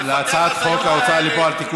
לפתח הזיות כאלה?